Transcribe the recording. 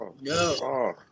No